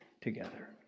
together